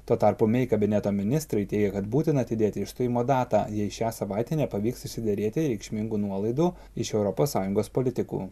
tuo tarpu kabineto ministrai teigia kad būtina atidėti išstojimo datą jei šią savaitę nepavyks išsiderėti reikšmingų nuolaidų iš europos sąjungos politikų